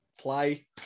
Play